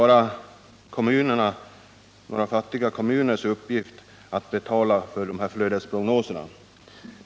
Det kan inte vara fattiga kommuners uppgift att betala för flödesprognosen.